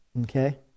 Okay